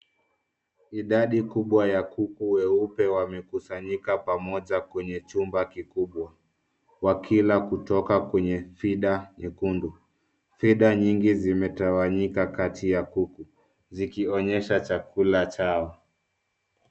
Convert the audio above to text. Idadi kubwa ya kuku weupe wamekusanyika pamoja kwenye chumba kikubwa, wakila kutoka kwenye feeder nyekundu. Feeder nyingi zimetawanyika kati ya kuku zikionyehsa chakula chao.